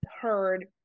heard